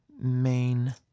main